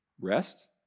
rest